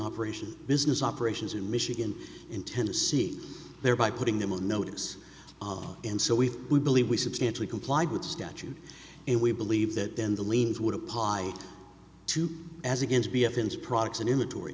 not ration business operations in michigan in tennessee thereby putting them on notice and so we we believe we substantially complied with statute and we believe that then the liens would apply to as against be offense products and i